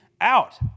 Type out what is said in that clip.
out